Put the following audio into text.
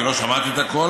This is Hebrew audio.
כי לא שמעתי את הכול,